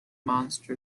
monster